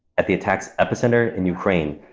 at the attack's epicenter in ukraine,